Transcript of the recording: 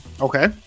Okay